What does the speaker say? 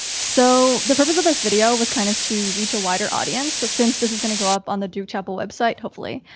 so the purpose of this video was kind of to reach a wider audience. so since this is gonna go up on the duke chapel website, hopefully.